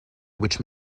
which